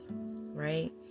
right